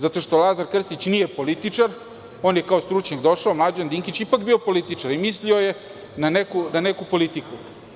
Zato što Lazar Krstić nije političar, on je kao stručnjak došao, a Mlađan Dinkić je ipak bio političar i mislio je na neku politiku.